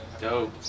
Dope